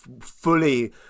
fully